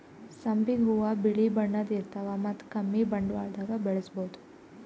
ಸಂಪಿಗ್ ಹೂವಾ ಬಿಳಿ ಬಣ್ಣದ್ ಇರ್ತವ್ ಮತ್ತ್ ಕಮ್ಮಿ ಬಂಡವಾಳ್ದಾಗ್ ಬೆಳಸಬಹುದ್